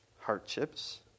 hardships